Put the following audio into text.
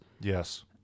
Yes